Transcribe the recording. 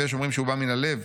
ויש אומרים שהוא בא מן הלב.